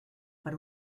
per